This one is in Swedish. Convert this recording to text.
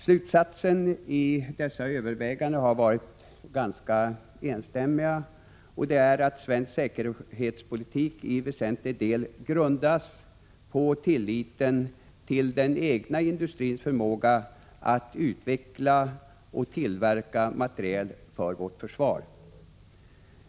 Slutsatserna av dessa överväganden har varit ganska enstämmiga: Svensk säkerhetspolitik grundas i väsentlig del på tilliten till den egna industrins förmåga att utveckla och tillverka materiel för vårt försvar.